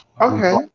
okay